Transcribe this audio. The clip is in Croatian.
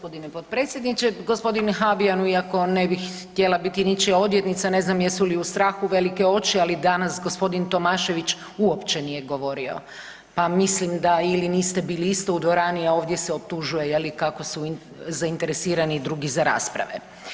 Gospodine potpredsjedniče, gospodine Habijan iako ne bih htjela biti ničija odvjetnica ne znam jesu li u strahu velike oči ali danas gospodin Tomašević uopće nije govorio, pa mislim da ili niste bili isto u dvorani, a ovdje se optužuje je li kako su zainteresirani i drugi za rasprave.